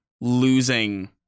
losing